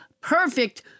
perfect